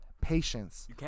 Patience